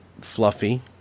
Fluffy